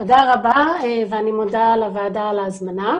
אני מודה לוועדה על ההזמנה.